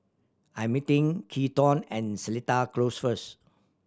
I'm meeting Keaton at Seletar Close first